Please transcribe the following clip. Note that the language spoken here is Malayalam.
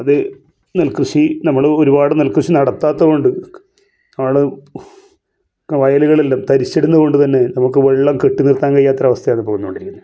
അത് നെൽക്കൃഷി നമ്മൾ ഒരുപാട് നെൽക്കൃഷി നടത്താത്തത് കൊണ്ട് ആള് വയലുകളിലും തരിശ്ശിടുന്നത് കൊണ്ട് തന്നെ നമുക്ക് വെള്ളം കെട്ടി നിർത്താൻ കഴിയാത്തൊരവസ്ഥയാണ് ഇപ്പോൾ വന്നു കൊണ്ടിരിക്കുന്നത്